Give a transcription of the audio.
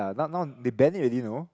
ya now now they ban it already know